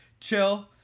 chill